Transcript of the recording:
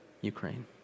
Ukraine